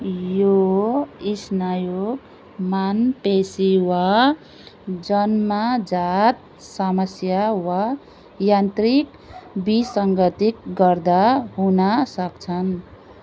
यो स्नायु मांसपेशी वा जन्मजात समस्या वा यान्त्रिक विसङ्गतिकले गर्दा हुनसक्छन्